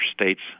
states